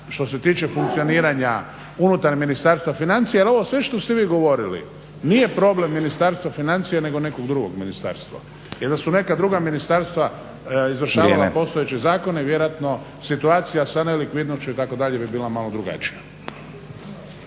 što se tiče funkcioniranja unutar Ministarstva financija jer ovo sve što ste vi govorili nije problem Ministarstva financija nego nekog drugog ministarstva. Jer da su neka druga ministarstva izvršavala postojeće zakone vjerojatno situacija sa nelikvidnošću itd. bi bila malo drugačija.